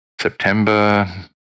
September